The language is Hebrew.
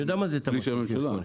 של הממשלה.